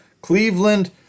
Cleveland